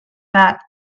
that